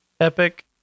Epic